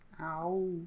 Ow